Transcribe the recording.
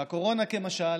והקורונה כמשל,